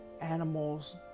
animals